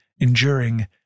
enduring